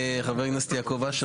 חבר הכנסת יעקב אשר,